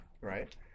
right